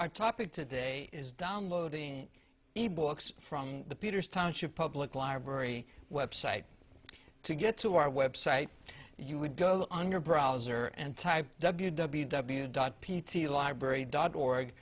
our topic today is downloading the books from the peters township public library website to get to our website you would go under browser and type w w w dot p t library dot org